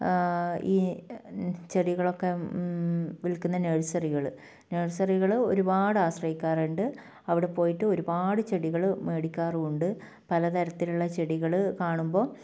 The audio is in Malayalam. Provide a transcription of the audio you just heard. ഈ ചെടികളൊക്കെ വിൽക്കുന്ന നഴ്സറികൾ നേഴ്സറികൾ ഒരുപാട് ആശ്രയിക്കാറുണ്ട് അവിടെ പോയിട്ട് ഒരുപാട് ചെടികൾ മേടിക്കാറുണ്ട് പലതരത്തിലുള്ള ചെടികൾ കാണുമ്പോൾ